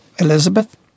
Elizabeth